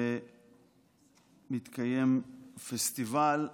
ומתקיים פסטיבל,